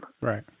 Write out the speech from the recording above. Right